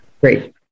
Great